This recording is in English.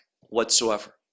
whatsoever